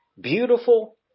beautiful